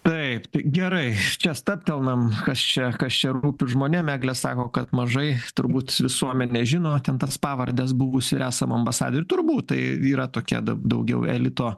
taip tai gerai čia stabtelnam kas čia kas čia rūpi žmonėm eglė sako kad mažai turbūt visuomenė žino ten tas pavardes buvusį ir esamą ambasadorių turbūt tai yra tokia dar daugiau elito